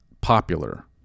popular